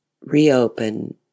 reopen